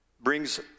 brings